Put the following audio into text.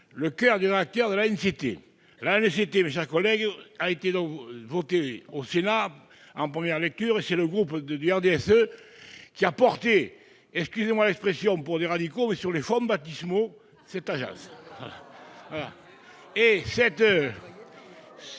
le coeur du réacteur de la une cité la nécessité, mes chers collègues, a été donc voté au Sénat en première lecture, et c'est le groupe de du RDSE, qui a porté, excusez-moi l'expression, pour des radicaux, mais sur les fonts baptismaux cette agence. Il est